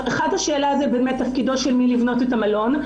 השאלה זה באמת תפקידו של מי לבנות את המלון.